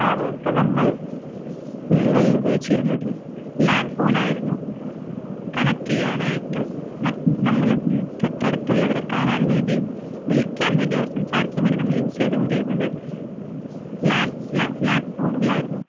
ആദ്യമൊക്കെ നമ്മൾ വീടുകളിൽ ഉപയോഗിച്ചിരുന്നത് ലാൻഡ് ഫോണായിരുന്നു കണക്ട ചെയ്യാനായിട്ട് മറ്റ് നമ്മളും തൊട്ടടുത്തുള്ളവരെ കാണാൻ വേണ്ടിയും വിളിക്കാൻ വേണ്ടി അവർ സംസാരിക്കാൻ വേണ്ടി നമ്മൾ യൂസ് ചെയ്തോണ്ടിരുന്നത് ലാൻ ലാൻ ലാൻ ഫോണുകളായിരുന്നു